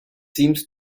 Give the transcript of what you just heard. seems